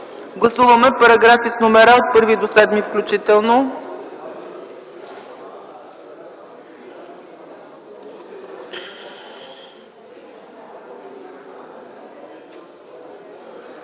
гласуване параграфи с номера от 10 до 13 включително.